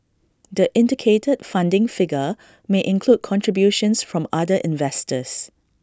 the indicated funding figure may include contributions from other investors